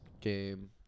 game